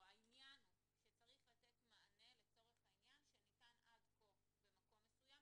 העניין הוא שצריך לתת מענה לצורך העניין שניתן עד כה במקום מסוים,